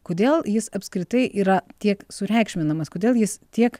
kodėl jis apskritai yra tiek sureikšminamas kodėl jis tiek